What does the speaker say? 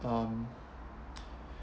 um